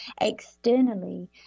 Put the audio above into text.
externally